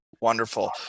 Wonderful